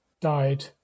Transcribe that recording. died